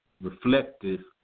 reflective